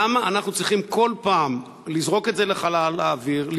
למה אנחנו צריכים כל פעם לזרוק את זה לחלל האוויר,